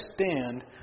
understand